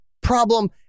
problem